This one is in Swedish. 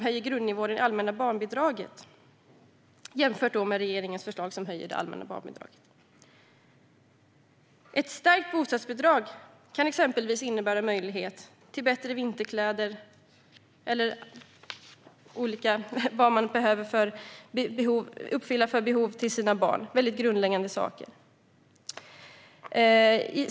Detta kan jämföras med regeringens förslag om att höja grundnivån i det allmänna barnbidraget. Ett stärkt bostadsbidrag kan exempelvis innebära möjlighet till bättre vinterkläder eller andra olika och väldigt grundläggande saker som behövs för att uppfylla barnens behov.